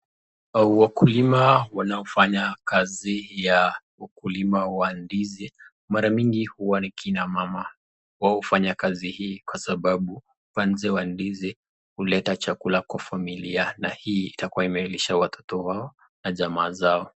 Wakulima wanaofanya kazi ya ukulima wa ndizi mara miingi nikina mama. Wao ufanya kazi hii wa upanzi ya ndizi huleta chakula kwa familia na hii itakua imelisha watoto wao na jamaa zao.